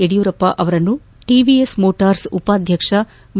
ಯಡಿಯೂರಪ್ಸ ಅವರನ್ನು TVS Motors ಉಪಾಧ್ಯಕ್ಷ V